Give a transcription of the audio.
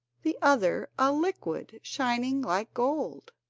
the other a liquid shining like gold.